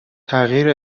تغییر